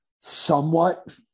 somewhat